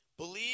Believe